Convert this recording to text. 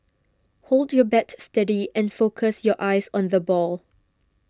hold your bat steady and focus your eyes on the ball